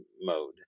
mode